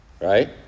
right